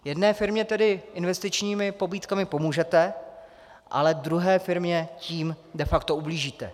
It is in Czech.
Jedné firmě tedy investičními pobídkami pomůžete, ale druhé firmě tím de facto ublížíte.